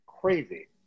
crazy